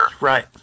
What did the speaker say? Right